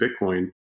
bitcoin